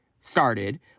started